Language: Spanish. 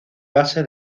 base